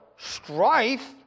Strife